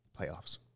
playoffs